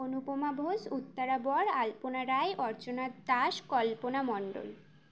Anupama Ghosh Uttara Bar Alpana Roy Archana Das Kalpana Mondal